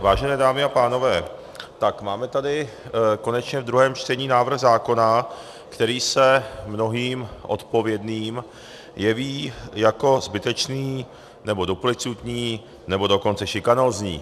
Vážené dámy a pánové, máme tady konečně ve druhém čtení návrh zákona, který se mnohým odpovědným jeví jako zbytečný, duplicitní, nebo dokonce šikanózní.